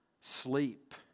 sleep